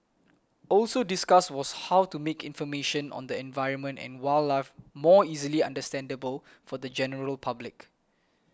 also discussed was how to make information on the environment and wildlife more easily understandable for the general public